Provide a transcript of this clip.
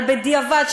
על בדיעבד,